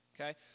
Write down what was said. okay